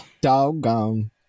Doggone